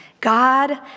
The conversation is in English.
God